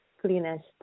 cleanest